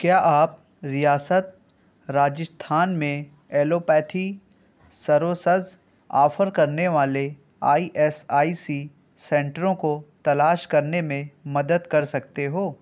کیا آپ ریاست راجستھان میں ایلوپیتھی سروسز آفر کرنے والے آئی ایس آئی سی سنٹروں کو تلاش کرنے میں مدد کر سکتے ہو